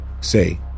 say